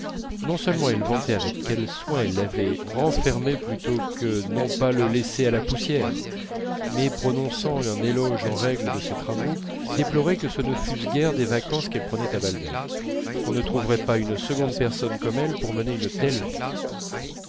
non seulement elle vantait avec quel soin elle l'avait renfermé plutôt que non pas le laisser à la poussière mais prononçant un éloge en règle de ses travaux déplorait que ce ne fussent guère des vacances qu'elle prenait à balbec qu'on ne trouverait pas une seconde personne comme elle pour mener une telle vie